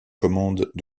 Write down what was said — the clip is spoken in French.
commandes